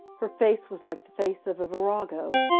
her face was like the face of a virago,